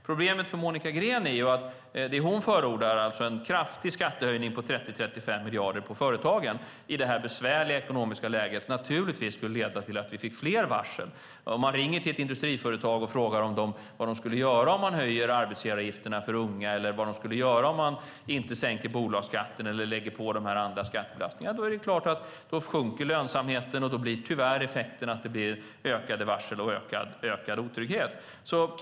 Problemet för Monica Green är att det hon förordar, det vill säga en kraftig skattehöjning på 30-35 miljarder för företagen i det här besvärliga ekonomiska läget, naturligtvis skulle leda till att vi får fler varsel. Om man ringer till ett industriföretag och frågar vad de skulle göra om vi höjde arbetsgivaravgifterna för unga, inte sänkte bolagsskatten eller lade på andra skattebelastningar är det klart att de svarar att lönsamheten skulle sjunka, och då skulle tyvärr effekten bli ökade varsel och ökad otrygghet.